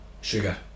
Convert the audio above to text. Sugar